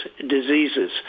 diseases